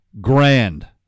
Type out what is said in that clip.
grand